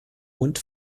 und